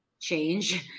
change